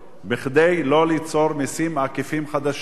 כדי לא ליצור מסים עקיפים חדשים.